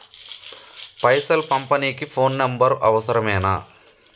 పైసలు పంపనీకి phone number అవసరమేనా?